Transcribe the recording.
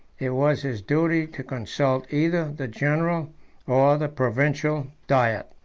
it was his duty to consult either the general or the provincial diet.